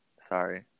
Sorry